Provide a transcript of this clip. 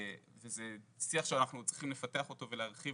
וזה שיח שאנחנו צריכים לפתח אותו ולהרחיב